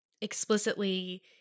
explicitly